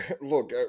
look